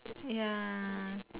ya